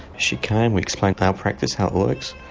she came, we explained our practice, how it works,